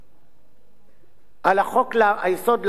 על חוק-היסוד לעבור הליך של ארבע קריאות,